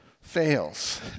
fails